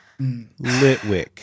Litwick